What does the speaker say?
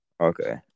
Okay